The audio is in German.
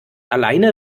alleine